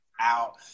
out